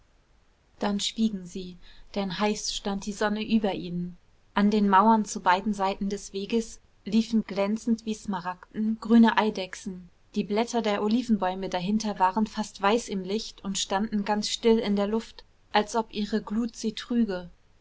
dann schwiegen sie denn heiß stand die sonne über ihnen an den mauern zu beiden seiten des weges liefen glänzend wie smaragden grüne eidechsen die blätter der olivenbäume dahinter waren fast weiß im licht und standen ganz still in der luft als ob ihre glut sie trüge